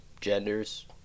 genders